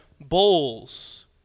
bowls